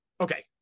okay